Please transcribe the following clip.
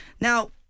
now